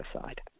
aside